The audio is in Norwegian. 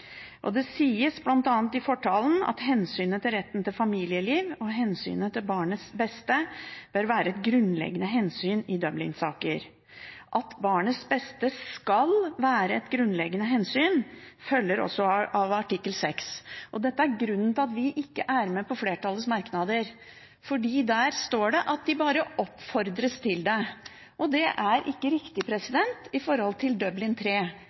Det sies bl.a. i fortalen at hensynet til retten til familieliv og hensynet til barnets beste bør være et grunnleggende hensyn i Dublin-saker. At barnets beste skal være et grunnleggende hensyn, følger også av artikkel 6. Dette er grunnen til at vi ikke er med på flertallets merknader, for der står det at de bare oppfordres til det, og det er ikke riktig i forhold til Dublin